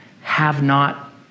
have-not